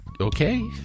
Okay